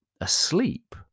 asleep